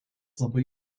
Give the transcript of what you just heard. labai